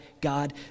God